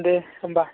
दे होम्बा